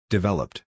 Developed